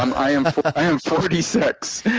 um i am i am forty six.